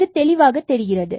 இது தெளிவாகத் தெரிகிறது